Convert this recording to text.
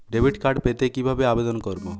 Debit card পেতে কিভাবে আবেদন করব?